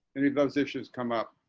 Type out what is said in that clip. any of those issues come up.